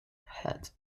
head